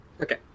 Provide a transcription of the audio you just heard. Okay